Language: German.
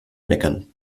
meckern